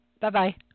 Bye-bye